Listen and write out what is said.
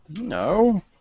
No